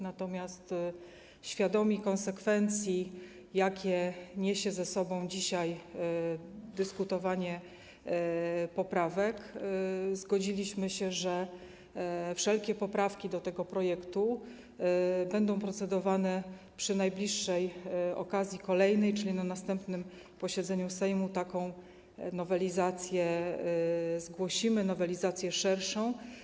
Natomiast świadomi konsekwencji, jakie niesie ze sobą dzisiaj dyskutowanie nad poprawkami, zgodziliśmy się, że nad wszelkimi poprawkami do tego projektu będziemy procedować przy najbliższej okazji, kolejnej, czyli na następnym posiedzeniu Sejmu taką nowelizację zgłosimy, nowelizację szerszą.